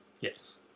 Yes